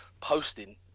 posting